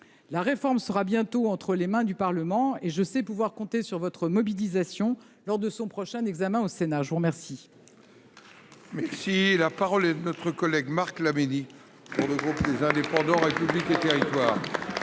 La réforme sera bientôt entre les mains du Parlement. Je sais pouvoir compter sur votre mobilisation lors de son prochain examen au Sénat. La parole est à M. Marc Laménie, pour le groupe Les Indépendants – République et Territoires.